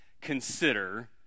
consider